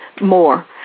more